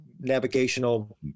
navigational